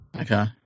Okay